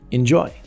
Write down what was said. Enjoy